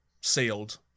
sealed